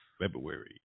February